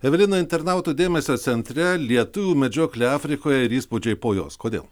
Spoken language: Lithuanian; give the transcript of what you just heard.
evelina internautų dėmesio centre lietuvių medžioklė afrikoje ir įspūdžiai po jos kodėl